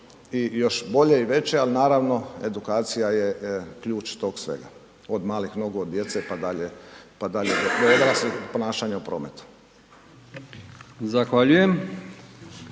još bolje i veće ali naravno edukacija je ključ tog svega, od malih nogu, od djece pa dalje do odraslih i ponašanja u prometu.